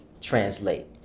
translate